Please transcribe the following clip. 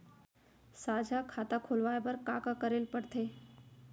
साझा खाता खोलवाये बर का का करे ल पढ़थे?